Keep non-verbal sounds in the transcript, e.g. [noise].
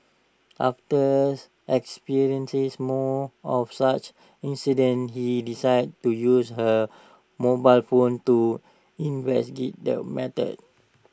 after experiencing more of such incidents she decided to use her mobile phone to [unintelligible] the matter